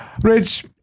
Rich